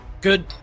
good